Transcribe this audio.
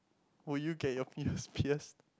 would you get your ears pierced